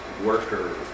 workers